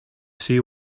see